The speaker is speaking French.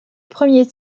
premier